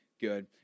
good